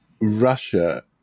Russia